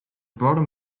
brought